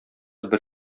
бер